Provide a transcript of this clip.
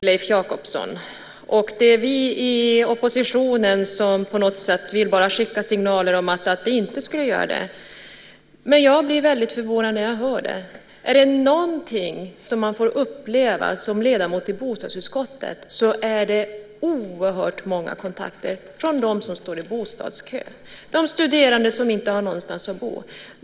Herr talman! Det byggs överallt, säger Leif Jakobsson och att vi i oppositionen skulle skicka ut signaler om att det inte skulle vara så. Jag blir väldigt förvånad när jag hör det. Är det någonting som man får uppleva som ledamot i bostadsutskottet är det oerhört många kontakter från dem som står i bostadskö. Det är studerande som inte har någonstans att bo.